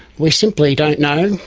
we simply don't know,